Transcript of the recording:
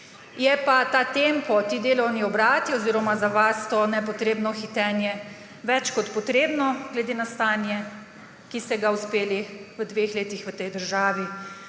Je pa ta tempo, ti delovni obrati oziroma za vas to nepotrebno hitenje več kot potrebno glede na stanje, ki ste ga uspeli v dveh letih v tej državi